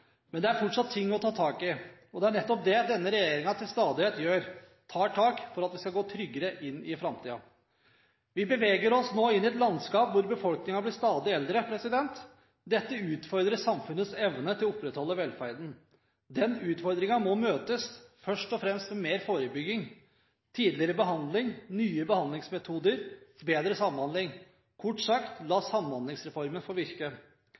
Men det er fortsatt ting å ta tak i. Det er nettopp det denne regjeringen til stadighet gjør: tar tak for at vi skal gå tryggere inn i framtiden. Vi beveger oss nå inn i et landskap hvor befolkningen blir stadig eldre. Dette utfordrer samfunnets evne til å opprettholde velferden. Den utfordringen må møtes først og fremst med mer forebygging, tidligere behandling, nye behandlingsmetoder og bedre samhandling. Kort sagt: